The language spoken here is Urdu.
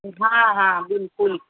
ہاں ہاں بالکل